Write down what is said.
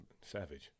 savage